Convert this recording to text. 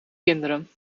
kinderen